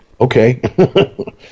Okay